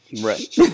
right